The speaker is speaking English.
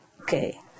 Okay